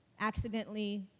accidentally